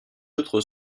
autres